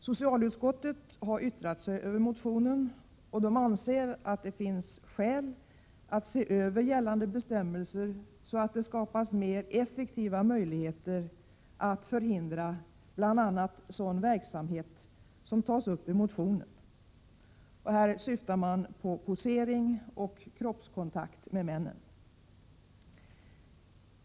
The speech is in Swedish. Socialutskottet, som har yttrat sig över motionen, anser att det finns skäl att se över gällande bestämmelser så att det skapas mer effektiva möjligheter att förhindra bl.a. sådan verksamhet som vi tar upp i motionen. Här syftar man på posering och kroppskontakt med männen.